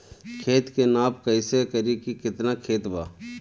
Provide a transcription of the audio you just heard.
खेत के नाप कइसे करी की केतना खेत बा?